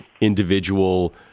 individual